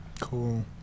Cool